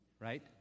right